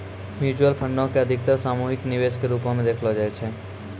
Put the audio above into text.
mutual फंडो के अधिकतर सामूहिक निवेश के रुपो मे देखलो जाय छै